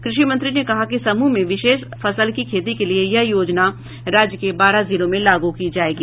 कृषि मंत्री ने कहा कि समूह में विशेष फसल की खेती के लिए यह योजना राज्य के बारह जिलों में लागू की जायेगी